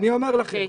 אני אומר לכם,